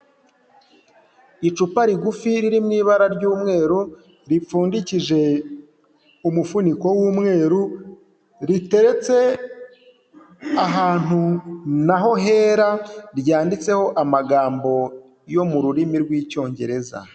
Icupa rigufi riri mu ibara ry'umweru, ripfundikije umufuniko w'umweru, riteretse ahantu naho hera, ryanditseho amagambo yo mu rurimi rw'Icyongereza.